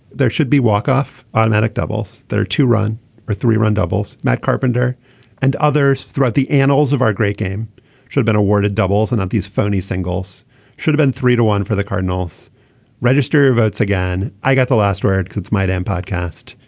there should be walk off automatic doubles that are to run or three run doubles. matt carpenter and others throughout the annals of our great game should been awarded doubles and on these phony singles should've been three to one for the cardinals registering votes again. i got the last word. it's my damn podcast.